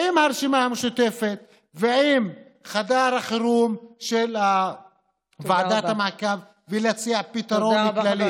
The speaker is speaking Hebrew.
עם הרשימה המשותפת ועם חדר החירום של ועדת המעקב ולהציע פתרון כללי.